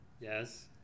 Yes